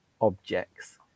objects